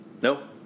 No